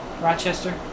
Rochester